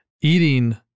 eating